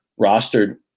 rostered